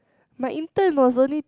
my intern was only